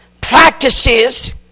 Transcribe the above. practices